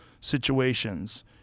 situations